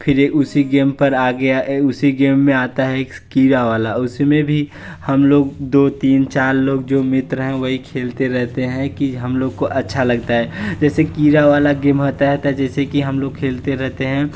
फ़िर उसी गेम पर आ गया उसी गेम में आता है फ़िर एक कीड़ा वाला उसी में भी हम लोग दो तीन चार लोग जो मित्र हैं वही खेलते रहते हैं कि हम लोग को अच्छा लगता हैं जैसे कीड़ा वाला गेम होता है तो जैसे कि हम लोग खेलते रहते हैं